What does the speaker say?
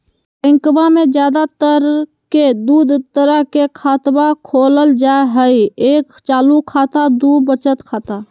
बैंकवा मे ज्यादा तर के दूध तरह के खातवा खोलल जाय हई एक चालू खाता दू वचत खाता